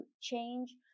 change